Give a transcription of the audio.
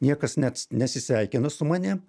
niekas net nesisveikina su manim